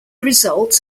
result